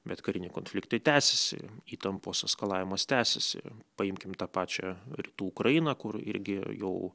bet kariniai konfliktai tęsiasi įtampos eskalavimas tęsiasi paimkim tą pačią rytų ukrainą kur irgi jau